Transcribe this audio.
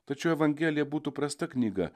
tačiau evangelija būtų prasta knyga